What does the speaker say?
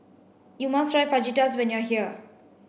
you must try Fajitas when you are here